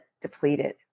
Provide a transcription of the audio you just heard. depleted